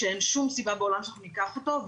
שאין שום סיבה בעולם שניקח אותו.